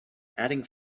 adding